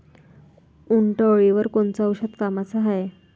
उंटअळीवर कोनचं औषध कामाचं हाये?